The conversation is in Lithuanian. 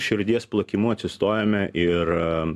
širdies plakimu atsistojome ir